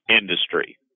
industry